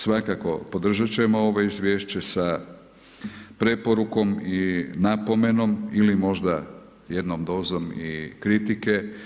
Svakako podržati ćemo ovo izvješće sa preporukom i napomenom ili možda jednom dozom kritike.